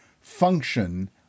function